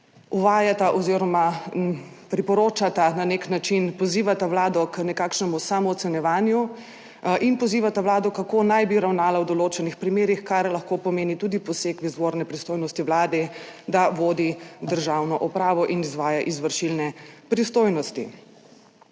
Uvajata, oziroma priporočata na nek način, pozivata vlado k nekakšnemu samoocenjevanju, in pozivata vlado, kako naj bi ravnala v določenih primerih, kar lahko pomeni tudi poseg v izvorne pristojnosti Vlade, da vodi državno upravo in izvaja izvršilne pristojnosti.